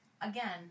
again